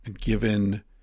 given